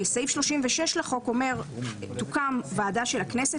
סעיף 36 לחוק אומר: תוקם ועדה של הכנסת